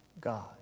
God